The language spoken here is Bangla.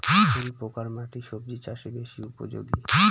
কোন প্রকার মাটি সবজি চাষে বেশি উপযোগী?